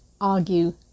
argue